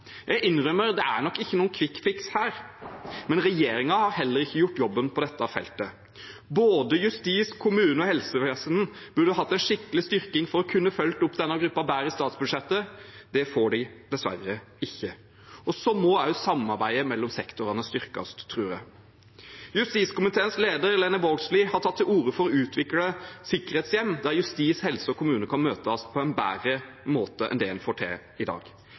Jeg innrømmer at det er nok ikke noen kvikkfiks her, men regjeringen har heller ikke gjort jobben på dette feltet. Både justis, kommune og helsevesen burde hatt en skikkelig styrking i statsbudsjettet for å kunne følge opp denne gruppen bedre – det får de dessverre ikke. Samarbeidet mellom sektorene må også styrkes, tror jeg. Justiskomiteens leder, Lene Vågslid, har tatt til orde for å utvikle sikkerhetshjem, der justis, helse og kommune kan møtes på en bedre måte enn en får til i dag.